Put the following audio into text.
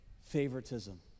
Favoritism